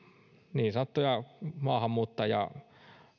niin sanottuja maahanmuuttaja